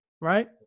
Right